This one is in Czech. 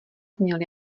zněl